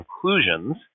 conclusions